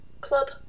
club